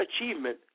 achievement